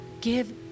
give